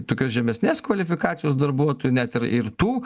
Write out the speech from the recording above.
tokios žemesnės kvalifikacijos darbuotojų net ir ir tų